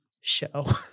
show